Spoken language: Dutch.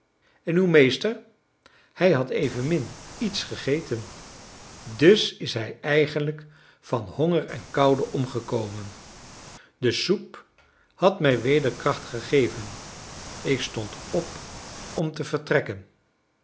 en uw meester hij had evenmin iets gegeten dus is hij eigenlijk van honger en koude omgekomen de soep had mij weder kracht gegeven ik stond op om te vertrekken